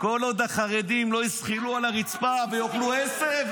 כל עוד החרדים לא יזחלו על הרצפה ויאכלו עשב,